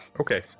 Okay